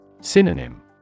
Synonym